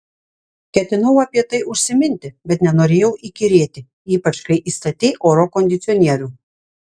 ketinau apie tai užsiminti bet nenorėjau įkyrėti ypač kai įstatei oro kondicionierių